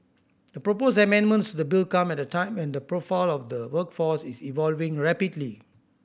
the proposed amendments the bill come at a time and the profile of the workforce is evolving rapidly